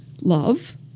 love